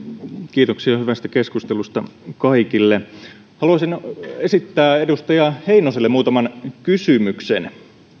kiitoksia hyvästä keskustelusta kaikille haluaisin esittää edustaja heinoselle muutaman kysymyksen